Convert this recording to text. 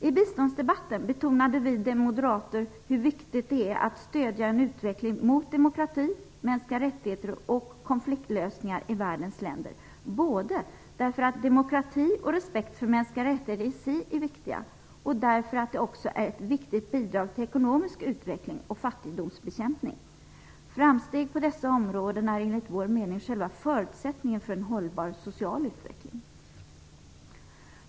I biståndsdebatten betonade vi moderater hur viktigt det är att stödja en utveckling mot demokrati, mänskliga rättigheter och konfliktlösningar i världens länder, både därför att demokrati och respekt för mänskliga rättigheter i sig är viktiga och därför att det också är ett viktigt bidrag till ekonomisk utveckling och fattigdomsbekämpning. Framsteg på dessa områden är enligt vår mening själva förutsättningen för en hållbar social utveckling.